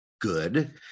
good